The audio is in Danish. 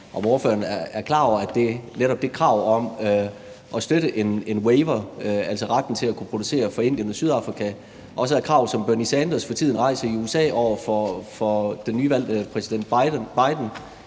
ordføreren er klar over, at netop det krav om at støtte en waiver, altså retten til at kunne producere for Indien og Sydafrika, også er et krav, som Bernie Sanders for tiden rejser i USA over for den nyvalgte præsident Biden,